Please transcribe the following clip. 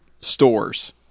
stores